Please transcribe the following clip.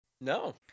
no